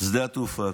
שדה התעופה,